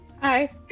Hi